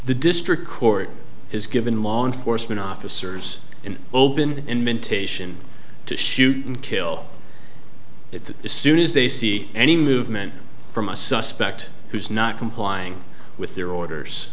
the district court has given law enforcement officers an open invitation to shoot and kill its as soon as they see any movement from a suspect who is not complying with their orders